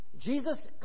Jesus